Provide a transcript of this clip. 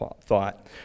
thought